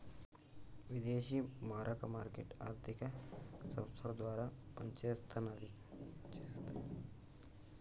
విదేశీ మారక మార్కెట్ ఆర్థిక సంస్థల ద్వారా పనిచేస్తన్నది